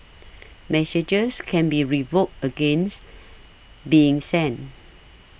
messages can be revoked against being sent